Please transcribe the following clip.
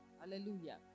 Hallelujah